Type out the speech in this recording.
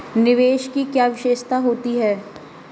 निवेश की क्या विशेषता होती है?